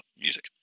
music